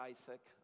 Isaac